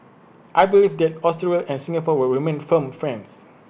I believe that Australia and Singapore will remain firm friends